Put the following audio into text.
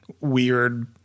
weird